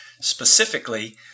Specifically